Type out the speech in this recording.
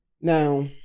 Now